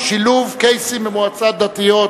שילוב קייסים במועצה דתית),